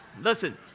Listen